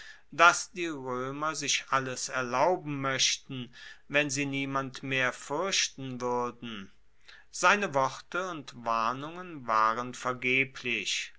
dass die roemer sich alles erlauben moechten wenn sie niemanden mehr fuerchten wuerden seine worte und warnungen waren vergeblich